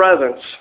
presence